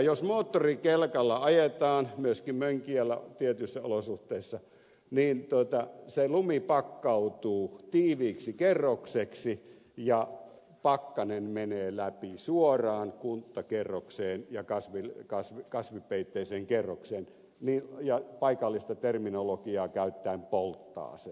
jos moottorikelkalla ajetaan myöskin mönkijällä tietyissä olosuhteissa niin lumi pakkautuu tiiviiksi kerrokseksi ja pakkanen menee läpi suoraan kunttakerrokseen ja kasvipeitteiseen kerrokseen ja paikallista terminologiaa käyttäen polttaa sen